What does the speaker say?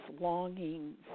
longings